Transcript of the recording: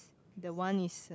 the one is